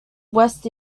west